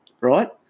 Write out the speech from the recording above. Right